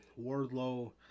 Wardlow